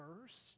first